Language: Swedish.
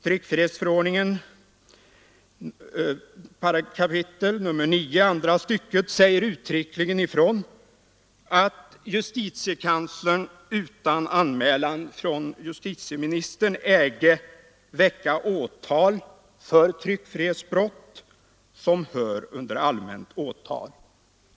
I 9 kap. 28 tryckfrihetsförordningen sägs det uttryckligen ifrån, att justitiekanslern utan anmälan från justitieministern ”äge ——— väcka åtal för tryckfrihetsbrott, som hör under allmänt åtal”.